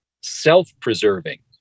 self-preserving